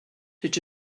did